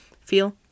feel